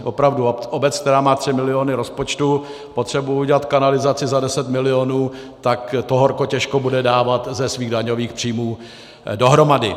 Opravdu obec, která má 3 miliony rozpočtu, potřebuje udělat kanalizaci za 10 milionů, tak to horko těžko bude dávat ze svých daňových příjmů dohromady.